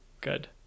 Good